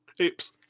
Oops